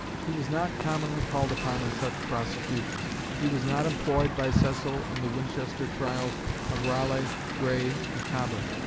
he was not commonly called upon in such prosecutions. he was not employed by cecil in the winchester trials of raleigh, grey, and cobham,